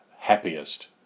Happiest